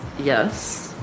Yes